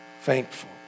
thankful